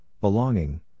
belonging